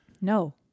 No